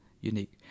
Unique